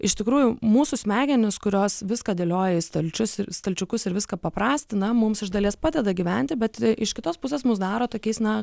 iš tikrųjų mūsų smegenys kurios viską dėlioja į stalčius ir stalčiukus ir viską paprastina mums iš dalies padeda gyventi bet iš kitos pusės mus daro tokiais na